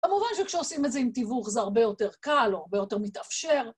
במובן שכשעושים את זה עם תיווך זה הרבה יותר קל או הרבה יותר מתאפשר